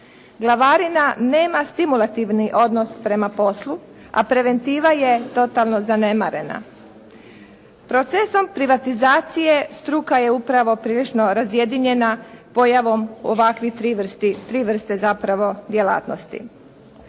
Glavarina nema stimulativni odnos prema poslu, a preventiva je totalno zanemarena. Procesom privatizacije struka je upravo prilično razjedinjena pojavom ovakvih 3 vrsti, 3 vrste zapravo djelatnosti.